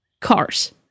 cars